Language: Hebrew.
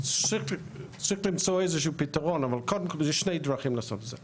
שצריך למצוא איזשהו פתרון ויש שני דרכים לעשות את זה.